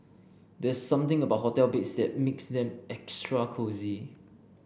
there's something about hotel beds that makes them extra cosy